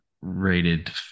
rated